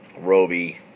Roby